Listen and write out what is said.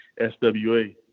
SWA